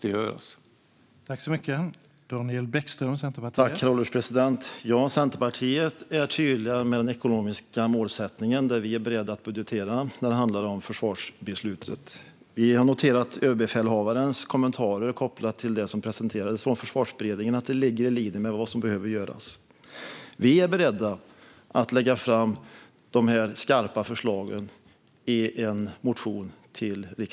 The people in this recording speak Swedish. Det är hela ambitionen.